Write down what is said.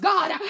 God